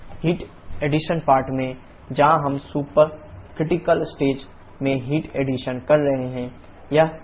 heat addition part में यहाँ हम सुपर क्रिटिकल स्टेज में हीट एडिशन कर रहे हैं